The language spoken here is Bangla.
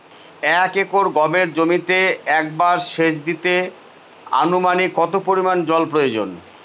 এক একর গমের জমিতে একবার শেচ দিতে অনুমানিক কত পরিমান জল প্রয়োজন?